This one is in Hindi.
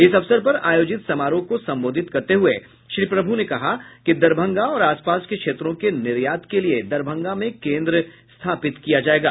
इस अवसर पर आयोजित समारोह को संबोधित करते हुए श्री प्रभू ने कहा कि दरभंगा और आसपास के क्षेत्रों के निर्यात के लिये दरभंगा में केन्द्र स्थापित किया जायेगा